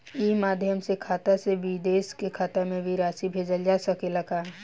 ई माध्यम से खाता से विदेश के खाता में भी राशि भेजल जा सकेला का?